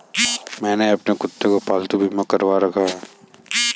मैंने अपने कुत्ते का पालतू बीमा करवा रखा है